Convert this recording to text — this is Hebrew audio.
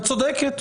את צודקת,